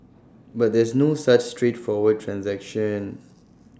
but there's no such straightforward transaction